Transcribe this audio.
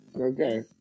Okay